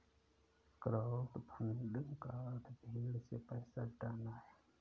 crowdfunding का अर्थ भीड़ से पैसा जुटाना है